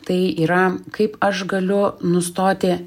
tai yra kaip aš galiu nustoti